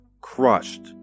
crushed